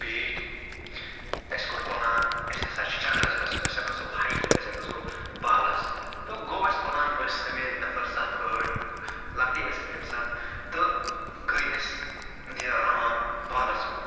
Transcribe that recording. بیٖٹھ اَسہِ کوٚر پلان اَسہِ ہَسا چھُ چَکرَس گَژھُن أسۍ ہہَ کھَسو ہایکہِ أسۍ ہہَ کھَسو بالَس تہٕ گوٚو اَسہِ پلان أسۍ سمے نَفَر ٲٹھ لَکٹے ٲسۍ أسۍ تمہِ ساتہٕ تہٕ گٔے أسۍ نیران بالَس کُن